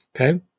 Okay